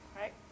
Right